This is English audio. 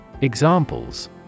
Examples